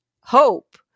hope